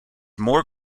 more